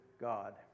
God